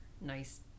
Nice